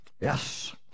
Yes